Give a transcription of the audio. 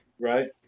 Right